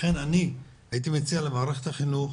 לכן אני הייתי מציע למערכת החינוך